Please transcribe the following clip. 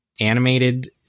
animated